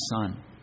Son